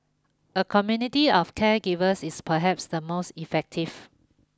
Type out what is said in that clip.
a community of caregivers is perhaps the most effective